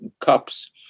cups